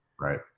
Right